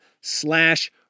slash